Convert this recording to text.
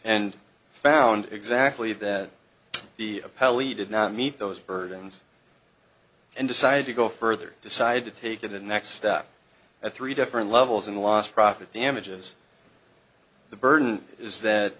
and found exactly that the appellee did not meet those burdens and decided to go further decided to take to the next step at three different levels in the last profit damages the burden is that